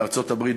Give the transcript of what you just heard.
בארצות-הברית,